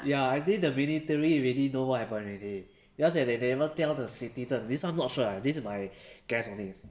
ya I think the military already know what happened already just that they never tell the citizens this one not sure this my guess